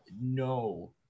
no